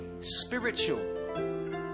spiritual